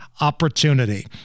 opportunity